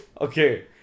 Okay